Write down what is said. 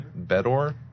Bedor